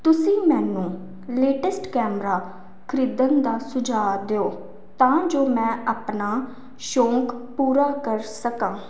ਤੁਸੀਂ ਮੈਨੂੰ latest camera ਖਰੀਦਣ ਦਾ ਸੁਝਾਅ ਦਿਓ ਤਾਂ ਜੋ ਮੈਂ ਆਪਣਾ ਸ਼ੌਂਕ ਪੂਰਾ ਕਰ ਸਕਾਂ